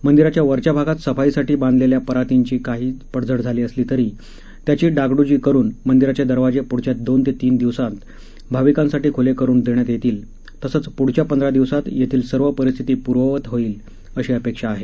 मंदिराच्या वरच्या भागात सफाईसाठी बांधलेल्या परातींची काहीशी पडझड झाली असली तरी त्याची डागडुजी करुन मंदिराचे दरवाजे प्ढच्या दोन ते तीन दिवसांत भाविकांसाठी ख्ले करून देण्यात येतील तसंच पूढच्या पंधरा दिवसात येथील सर्व परिस्थिती पूर्ववत होईल अशी अपेक्षा आहे